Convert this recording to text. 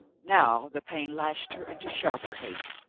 now the pain lashed her into sharper hate.